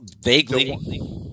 Vaguely